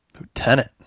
Lieutenant